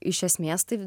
iš esmės tai